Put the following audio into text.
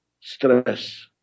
stress